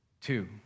two